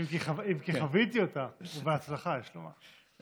אם כי חוויתי אותם, ובהצלחה, יש לומר.